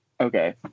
Okay